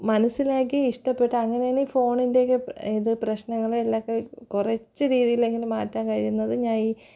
മനസ്സിലാക്കി ഇഷ്ടപ്പെട്ട് അങ്ങനെയാണീ ഫോണിൻ്റെയൊക്കെ ഇത് പ്രശ്നങ്ങളിലൊക്കെ കുറച്ച് രീതിയിലെങ്കിലും മാറ്റാന് കഴിയുന്നത് ഞാന് ഈ